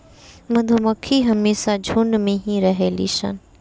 मधुमक्खी हमेशा झुण्ड में ही रहेली सन